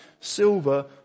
silver